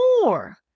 more